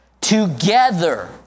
Together